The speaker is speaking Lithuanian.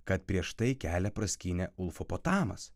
kad prieš tai kelią praskynė ulfapotamas